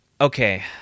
okay